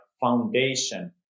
foundation